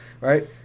right